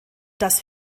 das